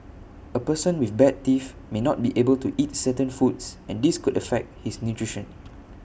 A person with bad teeth may not be able to eat certain foods and this could affect his nutrition